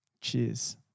cheers